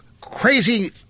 crazy